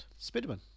Spiderman